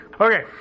Okay